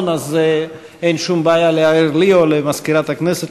אז אין שום בעיה להעיר לי או למזכירת הכנסת.